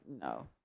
No